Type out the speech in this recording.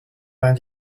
vingt